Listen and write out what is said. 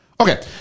Okay